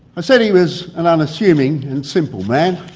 said he was an unassuming and simple man.